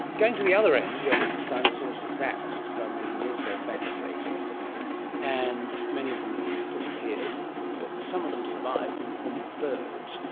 going to the other end when dinosaurs were zapped sixty five million years ago famously and many of them disappeared but some of them survived in the form of birds,